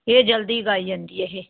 ਇਹ ਜਲਦੀ ਉਗਾਈ ਜਾਂਦੀ ਇਹੇ